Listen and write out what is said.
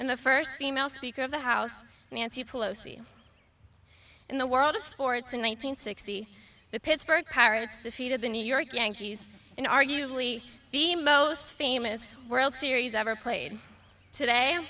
and the first female speaker of the house nancy pelosi in the world of sports in one thousand nine hundred sixty the pittsburgh pirates defeated the new york yankees in arguably the most famous world series ever played today